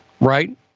right